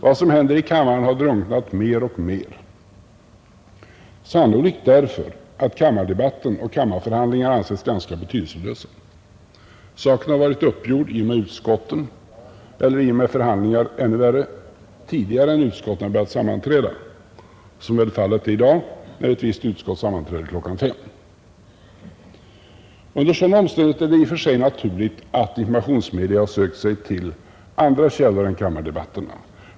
Vad som händer i kammaren har drunknat mer och mer, sannolikt därför att kammardebatten anses ganska betydelselös. Saken har varit uppgjord i och med att utskottet sagt sitt eller — ännu värre — i och med förhandlingar innan utskottet börjat sammanträda, som väl fallet är i dag när ett visst utskott sammanträdde kl. 17. Under sådana omständligheter är det i och för sig naturligt att informationsmedia sökt sig till andra källor än kammardebatterna.